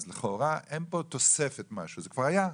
אז לכאורה אין פה תוספת, זה כבר היה,